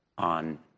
on